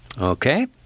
Okay